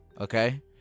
Okay